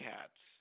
Cats